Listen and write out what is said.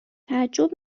تعجب